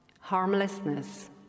harmlessness